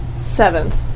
Seventh